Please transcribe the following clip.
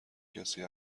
کسی